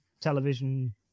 television